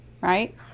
right